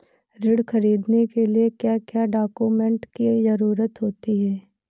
ऋण ख़रीदने के लिए क्या क्या डॉक्यूमेंट की ज़रुरत होती है?